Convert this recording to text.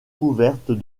couvertes